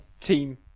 team